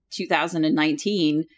2019